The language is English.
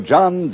John